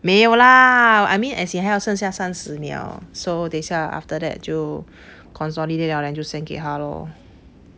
没有啦 I mean as in 还剩下三十秒 so 等下 after that 就 consolidate liao then 就 send 给他 lor